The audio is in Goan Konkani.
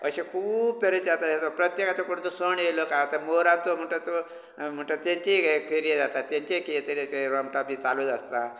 अशें खूब तरेचें आतां ह्ये प्रत्येकाचो कोणाचो सण येयलो काय मोराचो म्होणटा म्हणटा तेचीय ह्ये जाता तेचे कित् तरी रोमटां बी चालूत आसता